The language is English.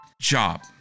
job